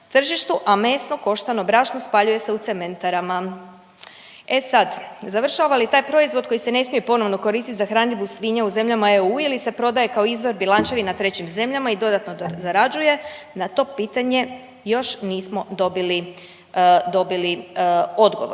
tržištu, a mesno koštano brašno spaljuje se u cementarama. E sad, završava li taj proizvod koji se ne smije ponovno koristiti za hranidbu svinja u zemljama EU ili se prodaje kao izvor bjelančevina trećim zemljama i dodatno zarađuje na to pitanje još nismo dobili odgovor.